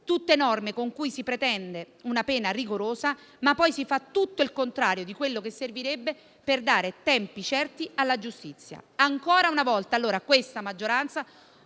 tutte norme con cui si pretende una pena rigorosa, ma poi si fa tutto il contrario di quello che servirebbe per dare tempi certi alla giustizia. Ancora una volta questa maggioranza